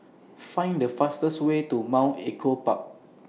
Find The fastest Way to Mount Echo Park